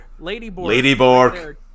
ladyborg